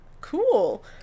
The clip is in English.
Cool